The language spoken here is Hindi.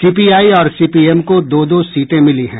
सीपीआई और सीपीएम को दो दो सीटें मिली हैं